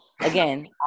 again